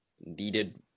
needed